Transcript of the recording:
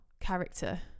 character